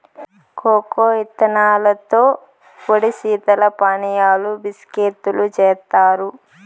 cocoa ఇత్తనాలతో పొడి శీతల పానీయాలు, బిస్కేత్తులు జేత్తారు